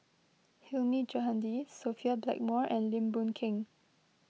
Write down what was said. Hilmi Johandi Sophia Blackmore and Lim Boon Keng